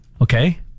okay